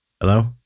Hello